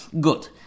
Good